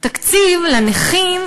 תקציב לנכים,